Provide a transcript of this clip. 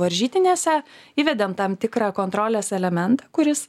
varžytinėse įvedėm tam tikrą kontrolės elementą kuris